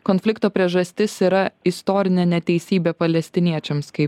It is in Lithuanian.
konflikto priežastis yra istorinė neteisybė palestiniečiams kaip